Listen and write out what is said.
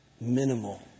minimal